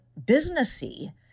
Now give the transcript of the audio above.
businessy